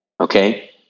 okay